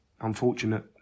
unfortunate